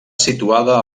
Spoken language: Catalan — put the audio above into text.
situada